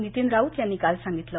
नितीन राऊत यांनी काल सांगितलं